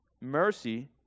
Mercy